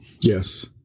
Yes